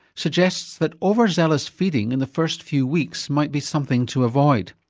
suggests that overzealous feeding in the first few weeks might be something to avoid.